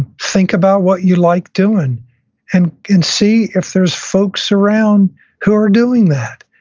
and think about what you like doing and and see if there's folks around who are doing that.